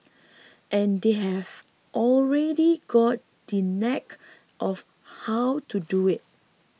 and they have already got the knack of how to do it